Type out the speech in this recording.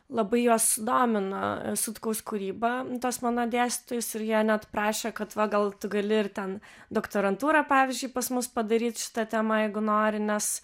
labai juos sudomino sutkaus kūryba tuos mano dėstytojus ir jie net prašė kad va gal tu gali ir ten doktorantūrą pavyzdžiui pas mus padaryt šita tema jeigu nori nes